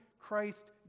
Christ